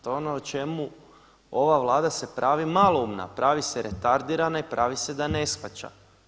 To je ono o čemu ova Vlada se pravi maloumna, pravi se retardirana i pravi se da ne shvaća.